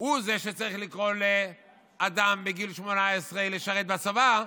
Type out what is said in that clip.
הוא שצריך לקרוא לאדם בגיל 18 לשרת בצבא,